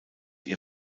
ihr